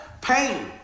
Pain